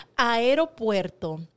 Aeropuerto